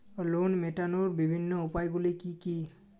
Loan মেটানোর বিভিন্ন উপায়গুলি কী কী?